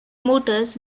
motors